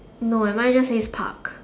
no eh mine just says pug